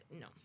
no